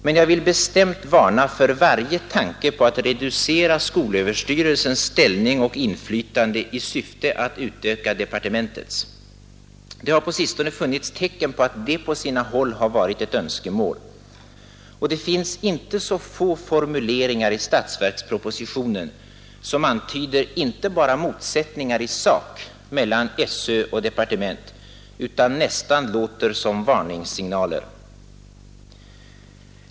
Men jag vill bestämt varna för varje tanke på att reducera skolöverstyrelsens ställning och inflytande i syfte att utöka departementets. Det har på sistone funnits tecken på att det på sina håll har varit ett önskemål, och det finns inte så få formuleringar i statsverkspropositionen som inte bara antyder motsättningar i sak mellan SÖ och departement utan nästan låter som varningssignaler.